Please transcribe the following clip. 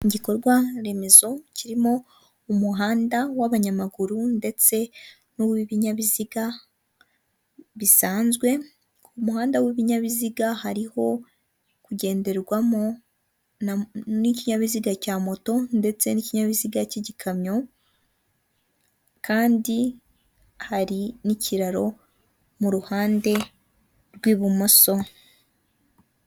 Umuntu uzamuye akaboko avugiramo mayikorofone, afashe ku idarapo ry'igihugu, afite umusatsi mwiza ushokoje yambaye ikositimu, yambaye ishati y'umweru birasa nkaho hari ibyo ari kurahirira.